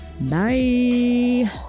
Bye